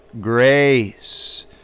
Grace